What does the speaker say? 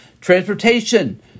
Transportation